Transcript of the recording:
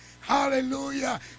Hallelujah